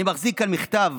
אני מחזיק כאן מכתב